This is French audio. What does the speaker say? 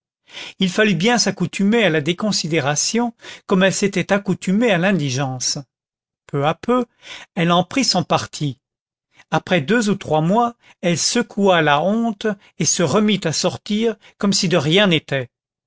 il fallut bien s'accoutumer à la déconsidération comme elle s'était accoutumée à l'indigence peu à peu elle en prit son parti après deux ou trois mois elle secoua la honte et se remit à sortir comme si de rien n'était